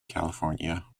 california